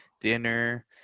dinner